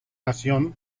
national